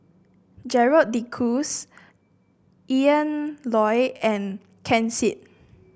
Gerald De Cruz Ian Loy and Ken Seet